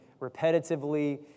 repetitively